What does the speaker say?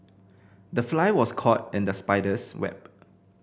the fly was caught in the spider's web